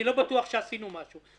אני לא בטוח שעשינו משהו.